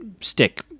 stick